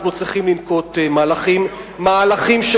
אנחנו צריכים לנקוט מהלכים שכנגד.